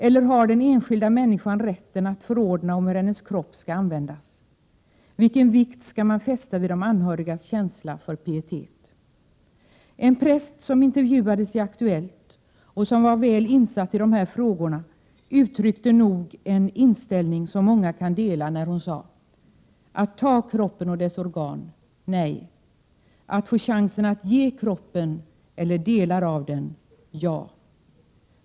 Eller har den enskilda människan rätten att förordna om hur hennes kropp skall användas? Vilken vikt skall man fästa vid de anhörigas känsla för pietet? En präst som intervjuades i Aktuellt och som var väl insatt i de här frågorna uttryckte en inställning som nog många kan dela när hon sade: Att ta kroppen och dess organ — nej! Att få chansen att ge kroppen eller delar av den — ja!